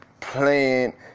playing